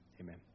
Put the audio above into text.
amen